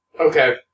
Okay